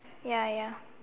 ya ya